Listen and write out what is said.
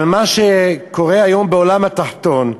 אבל מה שקורה היום בעולם התחתון,